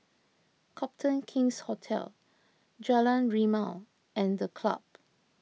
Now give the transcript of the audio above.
Copthorne King's Hotel Jalan Rimau and the Club